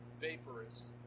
vaporous